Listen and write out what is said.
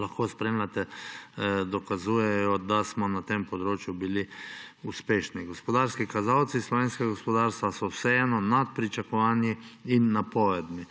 lahko spremljate, dokazujejo, da smo bili na tem področju uspešni. Gospodarski kazalci slovenskega gospodarstva so vseeno nad pričakovanji in napovedmi.